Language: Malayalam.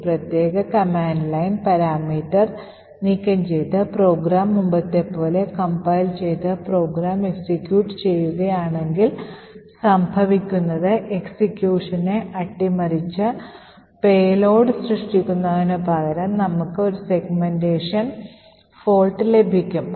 ഈ പ്രത്യേക കമാൻഡ് ലൈൻ പാരാമീറ്റർ നീക്കം ചെയ്ത് പ്രോഗ്രാം മുമ്പത്തെപ്പോലെ കംപൈൽ ചെയ്ത് പ്രോഗ്രാം എക്സിക്യൂട്ട് ചെയ്യുകയാണെങ്കിൽ സംഭവിക്കുന്നത് എക്സിക്യൂഷനെ അട്ടിമറിച്ച് പേലോഡ് സൃഷ്ടിക്കുന്നതിനുപകരം നമുക്ക് ഒരു സെഗ്മെന്റേഷൻ പിശക് ലഭിക്കും